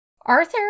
Arthur